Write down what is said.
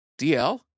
DL